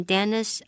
Dennis